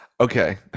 okay